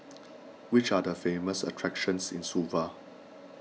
which are the famous attractions in Suva